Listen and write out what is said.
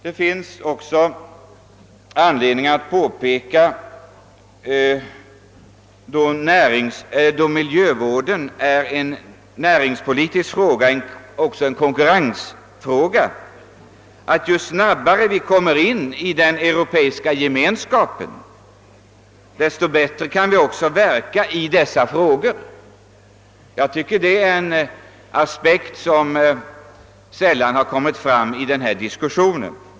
Det finns också anledning påpeka, eftersom miljövården är en näringspolitisk fråga och en konkurrensfråga, att ju snabbare vi kommer in i den europeiska gemenskapen, desto effektivare kan vi verka i dessa frågor. Jag tycker det är en aspekt som sällan har förts fram i diskussionen.